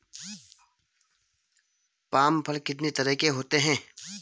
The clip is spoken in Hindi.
पाम फल कितनी तरह के होते हैं?